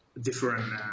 different